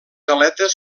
aletes